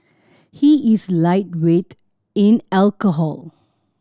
he is lightweight in alcohol